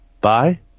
Bye